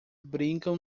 brincam